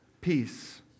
peace